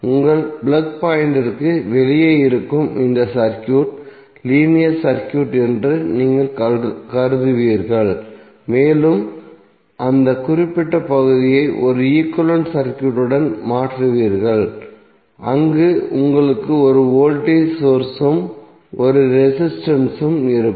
உங்கள் பிளக் பாயிண்டிற்கு வெளியே இருக்கும் இந்த சர்க்யூட் லீனியர் சர்க்யூட் என்று நீங்கள் கருதுவீர்கள் மேலும் அந்த குறிப்பிட்ட பகுதியை ஒரு ஈக்வலன்ட் சர்க்யூட்டுடன் மாற்றுவீர்கள் அங்கு உங்களுக்கு ஒரு வோல்டேஜ் சோர்ஸ் உம் ஒரு ரெசிஸ்டன்ஸ் உம் இருக்கும்